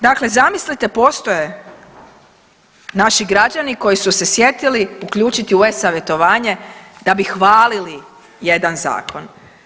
Dakle, zamislite postoje naši građani koji su se sjetili uključiti u e-savjetovanje da bi hvalili jedan zakon.